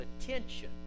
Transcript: attention